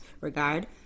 regard